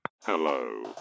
Hello